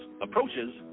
approaches